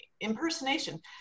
impersonation